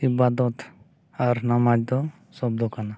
ᱤᱵᱟᱫᱚᱛ ᱟᱨ ᱱᱟᱢᱟᱡᱽ ᱫᱚ ᱥᱚᱵᱫᱚ ᱠᱟᱱᱟ